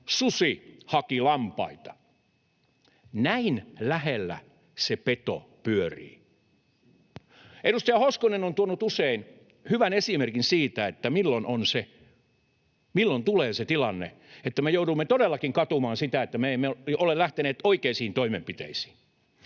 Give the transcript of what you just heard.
susi haki lampaita. Näin lähellä se peto pyörii. Edustaja Hoskonen on tuonut usein hyvän esimerkin siitä, milloin tulee se tilanne, että me joudumme todellakin katumaan sitä, että me emme ole lähteneet oikeisiin toimenpiteisiin.